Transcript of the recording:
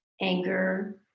anger